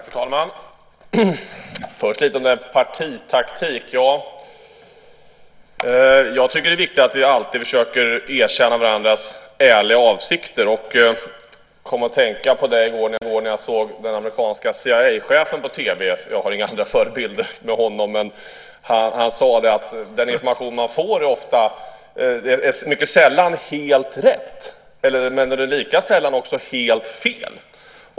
Herr talman! Först lite om detta med partitaktik. Jag tycker att det är viktigt att vi alltid försöker erkänna varandras ärliga avsikter. Jag kom att tänka på det i går när jag såg den amerikanske CIA-chefen på TV. Jag har inte honom som någon förebild, men han sade att den information man får mycket sällan är helt rätt men att den lika sällan är helt fel.